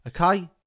Okay